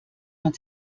man